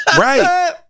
Right